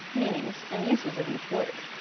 meanings, and uses of each word.